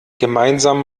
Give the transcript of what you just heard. gemeinsam